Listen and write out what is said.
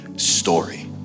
story